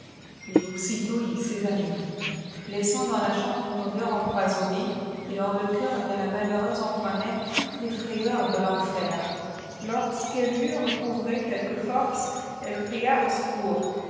et aussitôt il s'evahoûit làîfeaht datis la chambre une ôdéur eitipoisôhtiéé et dafï le étàm dé la malheurèuse antoinette toutes les fràifèûrî aé ldi suëllë ëtrt recouvré quelques forces elle cria au seciôurssa